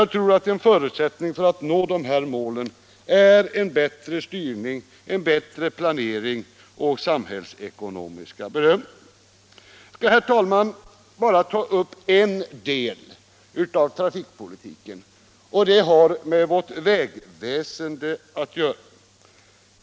Jag anser att förutsättningarna härför är en bättre styrning, en bättre planering och samhällsekonomiska bedömningar. Jag skall, herr talman, bara ta upp en del av trafikpolitiken, och den har med vårt vägväsende att göra.